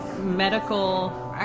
medical